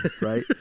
right